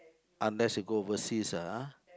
unless you go overseas ah ha